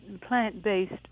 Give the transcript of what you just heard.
plant-based